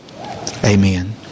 Amen